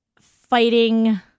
fighting